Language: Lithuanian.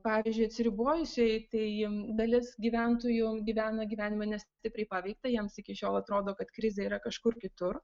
pavyzdžiui atsiribojusieji tai dalis gyventojų gyvena gyvenimą ne stipriai paveiktą jiems iki šiol atrodo kad krizė yra kažkur kitur